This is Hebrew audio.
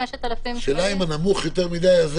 השאלה אם הנמוך יותר מדי,